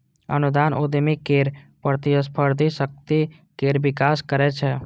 अनुदान उद्यमी केर प्रतिस्पर्धी शक्ति केर विकास करै छै